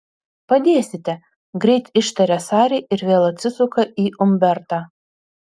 padėsite greit ištaria sari ir vėl atsisuka į umbertą